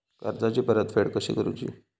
कर्जाची परतफेड कशी करूची?